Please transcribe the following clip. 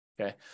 Okay